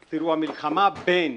תראו, המלחמה בין